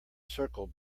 circled